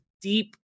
deep